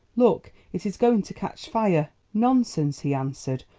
look! it is going to catch fire! nonsense, he answered,